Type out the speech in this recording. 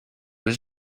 his